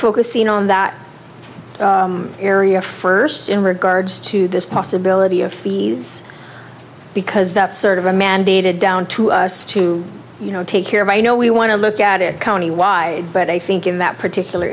focusing on that area first in regards to this possibility of fees because that's sort of a mandated down to us to you know take care of i know we want to look at it county wide but i think in that particular